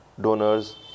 donors